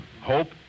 hope